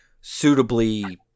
suitably